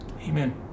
Amen